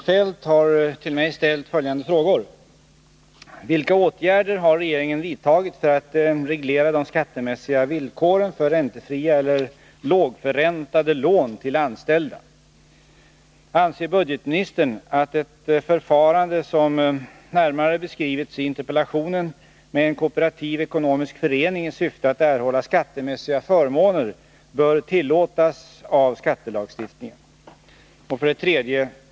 Fru talman! Kjell-Olof Feldt har till mig ställt följande frågor. 2. Anser budgetministern att ett förfarande, som närmare beskrivits i interpellationen, med en kooperativ ekonomisk förening i syfte att erhålla skattemässiga förmåner bör tillåtas av skattelagstiftningen? 3.